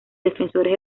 defensores